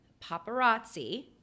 paparazzi